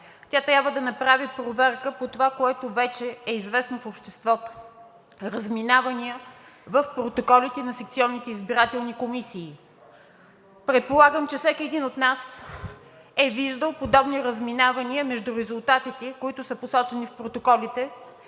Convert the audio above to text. Тя трябва да направи проверка по това, което вече е известно в обществото – разминавания в протоколите на секционните избирателни комисии. Предполагам, че всеки един от нас е виждал подобни разминавания между резултатите, които са посочени в протоколите,